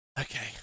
okay